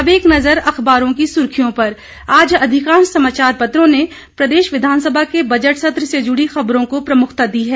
अब एक नजर अखबारों की सुर्खियों पर आज अधिकांश समाचार पत्रों ने प्रदेश विधानसभा के बजट सत्र से जुड़ी खबरों को प्रमुखता दी है